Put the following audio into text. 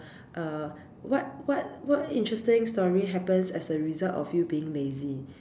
uh what what what interesting story happens as a result of you being lazy